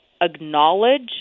acknowledge